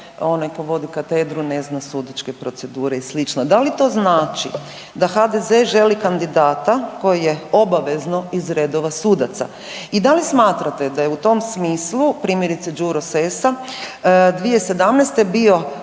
onaj tko vodi katedru ne zna sudačke procedure i sl. Da li to znači da HDZ želi kandidata koji je obavezno iz redova sudaca? I dali smatrate da je u tom smislu, primjerice, Đuro Sessa 2017. bio